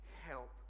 help